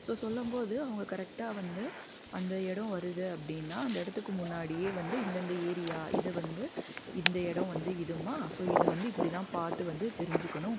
so சொல்லும் போது அவங்க கரெக்டாக வந்து அந்த எடம் வருது அப்படின்னா அந்த இடத்துக்கு முன்னாடியே வந்து இந்த இந்த ஏரியா இதை வந்து இந்த எடம் வந்து இதுமா ஸோ இது வந்து இப்படி தான் பார்த்து வந்து தெரிஞ்சுக்குணும்